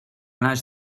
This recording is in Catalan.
naix